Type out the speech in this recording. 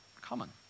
common